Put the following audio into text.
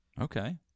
okay